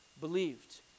believed